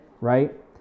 right